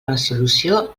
resolució